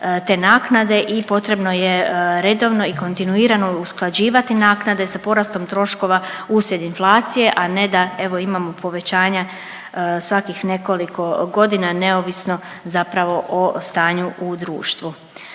te naknade i potrebno je redovno i kontinuirano usklađivati naknade sa porastom troškova uslijed inflacije, a ne da evo imamo povećanje svakih nekoliko godina neovisno zapravo o stanju u društvu.